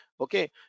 okay